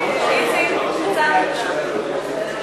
של חברי הכנסת יריב לוין, איילת